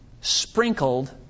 sprinkled